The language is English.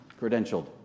credentialed